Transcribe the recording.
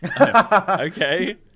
Okay